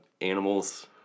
animals